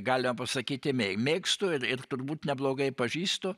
galima pasakyti mė mėgstu ir ir turbūt neblogai pažįstu